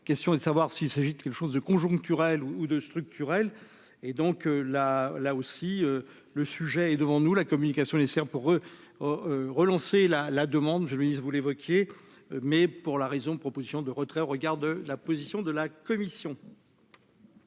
vas question de savoir s'il s'agit de quelque chose de conjoncturel ou 2 structurelle et donc, là, là aussi, le sujet est devant nous, la communication nécessaires pour eux relancer la la demande, je lui dis, vous l'évoquiez, mais pour la raison, proposition de retrait au regard de la position de la commission.